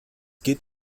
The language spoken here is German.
geht